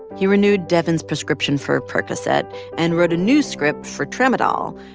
he renewed devyn's prescription for percocet and wrote a new script for tramadol.